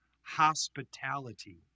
hospitality